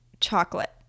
chocolate